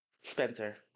Spencer